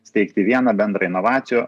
steigti vieną bendrą inovacijų